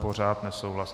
Pořád nesouhlas.